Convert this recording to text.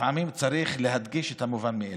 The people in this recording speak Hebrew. לפעמים צריך להדגיש את המובן מאליו.